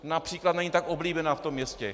Například není tak oblíbená v tom městě.